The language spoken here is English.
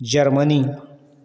Germany